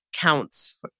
counts